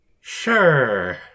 Sure